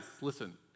listen